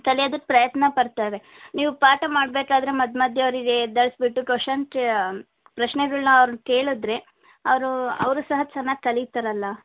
ಕಲಿಯೋದಕ್ಕೆ ಪ್ರಯತ್ನಪಡ್ತಾರೆ ನೀವು ಪಾಠ ಮಾಡಬೇಕಾದ್ರೆ ಮದ್ ಮಧ್ಯೆ ಅವರಿಗೆ ಎದ್ದೇಳಿಸ್ಬಿಟ್ಟು ಕ್ವೆಶನ್ ಕೇ ಪ್ರಶ್ನೆಗಳನ್ನ ಅವ್ರಗೆ ಕೇಳಿದ್ರೆ ಅವರೂ ಅವರೂ ಸಹ ಚೆನ್ನಾಗಿ ಕಲೀತಾರಲ್ಲ